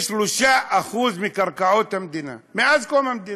ב-3% מקרקעות המדינה, מאז קום המדינה.